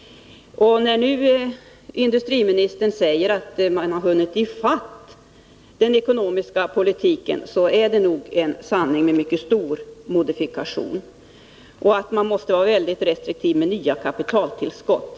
När industriministern nu säger att man har hunnit i fatt den ekonomiska politiken, är detta nog en sanning med mycket stor modifikation. Industriministern säger också att man måste vara mycket restriktiv med nya kapitaltillskott.